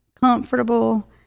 comfortable